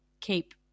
keep